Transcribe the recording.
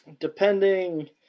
depending